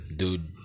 dude